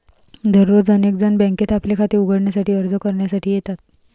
दररोज अनेक जण बँकेत आपले खाते उघडण्यासाठी अर्ज करण्यासाठी येतात